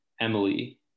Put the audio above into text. Emily